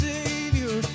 Savior